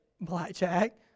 Blackjack